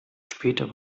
später